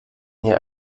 hier